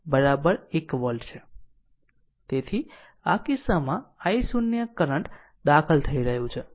તેથી આ V0 1 volt છે તેથી આ કિસ્સામાં આ i0 કરંટ દાખલ થઈ રહ્યું છે